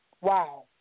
wow